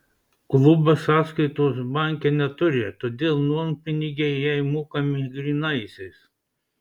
klubas sąskaitos banke neturi todėl nuompinigiai jai mokami grynaisiais